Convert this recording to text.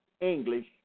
English